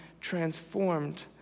transformed